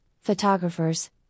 photographers